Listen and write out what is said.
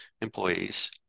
employees